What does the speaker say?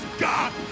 God